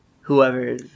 whoever